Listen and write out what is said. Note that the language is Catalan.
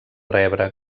rebre